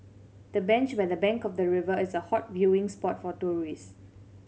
the bench by the bank of the river is a hot viewing spot for tourists